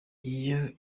iyo